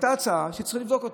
עלתה הצעה שצריך לבדוק,